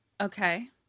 Okay